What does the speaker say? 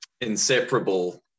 inseparable